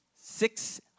six